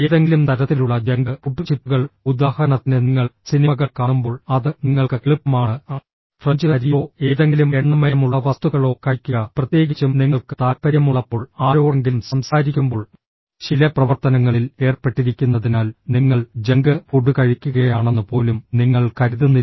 ഏതെങ്കിലും തരത്തിലുള്ള junk food ചിപ്പുകൾ ഉദാഹരണത്തിന് നിങ്ങൾ സിനിമകൾ കാണുമ്പോൾ അത് നിങ്ങൾക്ക് എളുപ്പമാണ് ഫ്രഞ്ച് അരിയോ ഏതെങ്കിലും എണ്ണമയമുള്ള വസ്തുക്കളോ കഴിക്കുക പ്രത്യേകിച്ചും നിങ്ങൾക്ക് താൽപ്പര്യമുള്ളപ്പോൾ ആരോടെങ്കിലും സംസാരിക്കുമ്പോൾ ചില പ്രവർത്തനങ്ങളിൽ ഏർപ്പെട്ടിരിക്കുന്നതിനാൽ നിങ്ങൾ ജങ്ക് ഫുഡ് കഴിക്കുകയാണെന്ന് പോലും നിങ്ങൾ കരുതുന്നില്ല